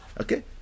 okay